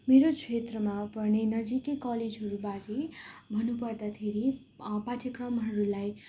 मेरो क्षेत्रमा पर्ने नजिकै कलेजहरूबारे भन्नुपर्दाखेरि पाठ्यक्रमहरूलाई